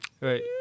right